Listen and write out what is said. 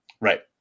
Right